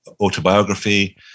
autobiography